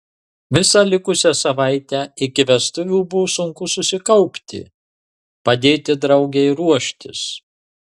visą likusią savaitę iki vestuvių buvo sunku susikaupti padėti draugei ruoštis